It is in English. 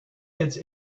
kids